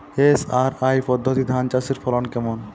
SRI পদ্ধতি ধান চাষের ফলন কেমন?